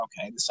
okay